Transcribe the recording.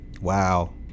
Wow